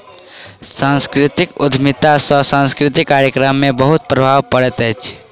सांस्कृतिक उद्यमिता सॅ सांस्कृतिक कार्यक्रम में बहुत प्रभाव पड़ैत अछि